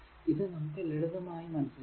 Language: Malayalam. ഇത് നമുക്കു ലളിതമായി മനസിലാക്കാം